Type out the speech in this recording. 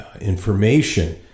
information